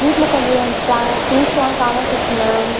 வீட்டில கொஞ்சம் ப்ரா திங்ஸ்லாம் காணாம போச்சு மேம்